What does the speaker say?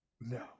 No